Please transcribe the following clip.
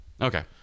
Okay